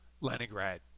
Leningrad